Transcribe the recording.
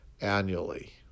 annually